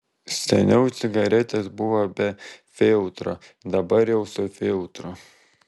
seniau cigaretės buvo be filtro dabar jau su filtru